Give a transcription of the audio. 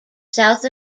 south